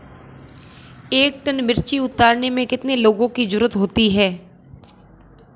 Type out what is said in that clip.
एक टन मिर्ची उतारने में कितने लोगों की ज़रुरत होती है?